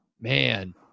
man